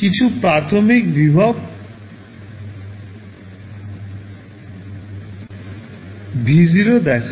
কিছু প্রাথমিক voltage V0 দেখায়